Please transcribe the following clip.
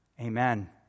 Amen